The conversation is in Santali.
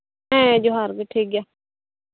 ᱦᱮᱸ ᱡᱚᱦᱟᱨ ᱜᱮ ᱴᱷᱤᱠ ᱜᱮᱭᱟ